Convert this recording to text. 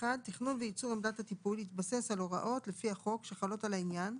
(1)תכנון וייצור עמדת הטיפול יתבסס על הוראות לפי החוק שחלות על העניין,